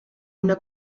una